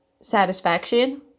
satisfaction